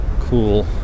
cool